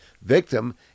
victim